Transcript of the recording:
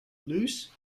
loose